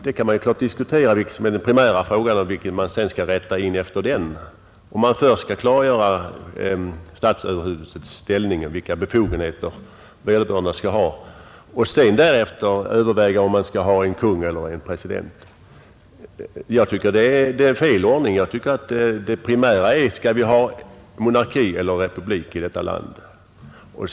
Det är klart att man kan diskutera vilken som är den primära frågan och vilken man sedan skall rätta in efter den — om man först skall klargöra statsöverhuvudets ställning och vilka befogenheter vederbörande skall ha och sedan därefter överväga om man skall ha en kung eller en president. Jag tycker att det är fel ordning. Jag anser att den primära frågan är om vi skall ha monarki eller republik i detta land.